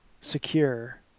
secure